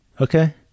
Okay